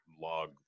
log